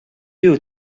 you